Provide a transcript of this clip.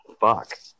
fuck